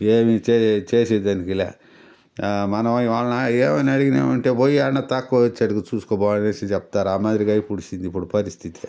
ఏమి చే చేసేదానికిలే మనమై వాళ్ళని ఏమని అడిగినామంటే పోయి ఏడైన తక్కువగ వొచ్చేట్టుగా చూసుకోపో అనేసి చెప్తారు ఆమాదిరిగా అయిపూడ్చింది ఇప్పుడు పరిస్థితి